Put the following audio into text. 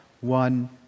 one